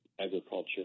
agriculture